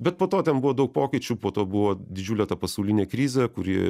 bet po to ten buvo daug pokyčių po to buvo didžiulė ta pasaulinė krizė kuri